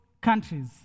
countries